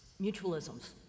Mutualisms